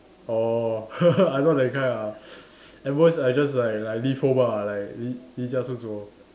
orh I not that kind ah at most I just like like leave home ah like li~ 离家出走